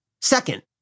Second